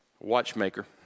watchmaker